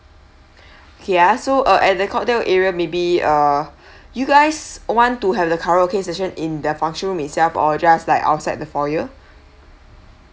K ah so uh at the cocktail area maybe uh you guys want to have the karaoke session in the function room it self or just like outside the foyer